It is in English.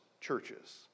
churches